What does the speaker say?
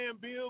Bill